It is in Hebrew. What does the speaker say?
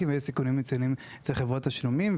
ויש סיכונים מסוימים אצל חברות תשלומים,